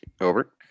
Over